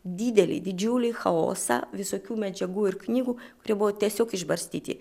didelį didžiulį chaosą visokių medžiagų ir knygų kurie buvo tiesiog išbarstyti